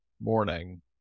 morning